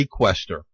requester